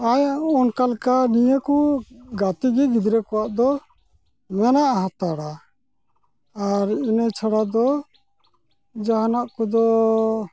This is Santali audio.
ᱟᱭᱟᱜ ᱦᱚᱸ ᱚᱱᱠᱟᱞᱮᱠᱟ ᱱᱤᱭᱟᱹ ᱠᱚ ᱜᱟᱛᱮᱜᱮ ᱜᱤᱫᱽᱨᱟᱹ ᱠᱚᱣᱟᱜᱫᱚ ᱢᱮᱱᱟᱜ ᱦᱟᱛᱟᱲᱟ ᱟᱨ ᱤᱱᱟᱹ ᱪᱷᱟᱲᱟᱫᱚ ᱡᱟᱦᱟᱱᱟᱜ ᱠᱚᱫᱚ